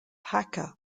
hakka